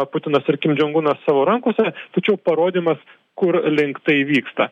o putinas tarkim džen gunas savo rankose tačiau parodymas kur link tai vyksta